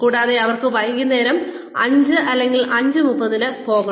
കൂടാതെ അവർ വൈകുന്നേരം 500 അല്ലെങ്കിൽ 530 ന് പോകണം